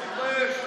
לא מתבייש?